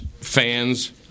fans